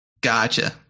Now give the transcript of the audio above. Gotcha